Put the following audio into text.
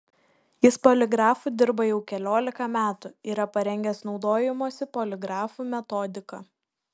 jis poligrafu dirba jau keliolika metų yra parengęs naudojimosi poligrafu metodiką